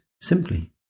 simply